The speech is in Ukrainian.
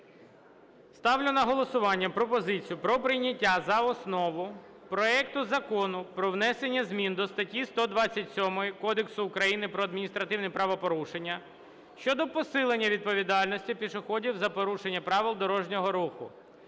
Ставлю на голосування пропозицію про прийняття за основу проект Закону про внесення змін до статті 127 Кодексу України про адміністративні правопорушення щодо посилення відповідальності пішоходів за порушення правил дорожнього руху